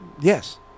Yes